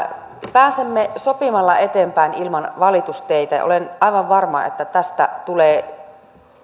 pääsemme sopimalla eteenpäin ilman valitusteitä ja olen aivan varma että tästä tulee